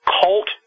cult